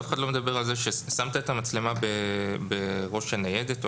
אף אחד לא מדבר על זה ששמת את המצלמה בראש הניידת או